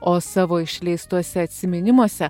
o savo išleistuose atsiminimuose